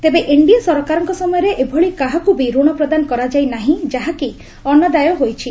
ତେବେ ଏନ୍ଡିଏ ସରକାରଙ୍କ ସମୟରେ ଏଭଳି କାହାକୁ ବି ରଣ ପ୍ରଦାନ କରାଯାଇ ନାହିଁ ଯାହାକି ଅନାଦାୟ ହୋଇଛି